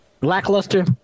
lackluster